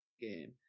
game